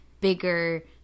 bigger